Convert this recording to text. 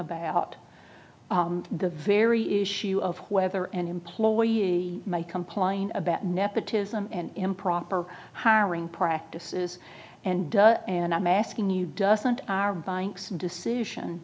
about the very issue of whether an employee might complain about nepotism and improper hiring practices and does and i'm asking you doesn't are buying some decision